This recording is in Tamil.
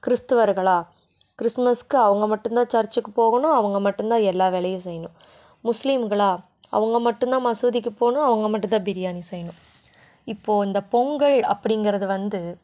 கிறிஸ்துவர்களாக கிறிஸ்மஸ்க்கு அவங்க மட்டுந்தான் சர்ச்சுக்கு போகணும் அவங்க மட்டுந்தான் எல்லா வேலையும் செய்யணும் முஸ்லீம்களாக அவங்க மட்டுந்தான் மசூதிக்கு போகணும் அவங்க மட்டுந்தான் பிரியாணி செய்யணும் இப்போது இந்த பொங்கல் அப்படிங்கிறது வந்து